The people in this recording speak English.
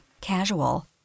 casual